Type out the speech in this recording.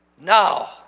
Now